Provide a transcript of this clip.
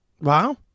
Wow